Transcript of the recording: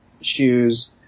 shoes